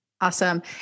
Awesome